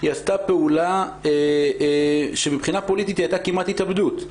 היא עשתה פעולה שמבחינה פוליטית היא הייתה כמעט התאבדות.